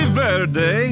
verde